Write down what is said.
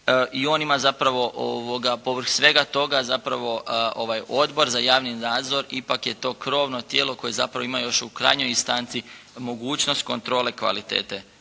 i on ima zapravo povrh svega toga zapravo ovaj odbor za javni nadzor, ipak je to krovno tijelo koje zapravo ima još u krajnjoj instanci mogućnost kontrole kvalitete